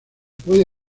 puede